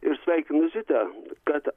ir sveikinu zitą kad